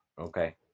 Okay